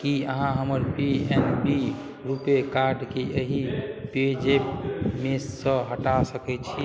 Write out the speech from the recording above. की अहाँ हमर P N B RuPay कार्डके एहि पेजैपमे सँ हटा सकय छी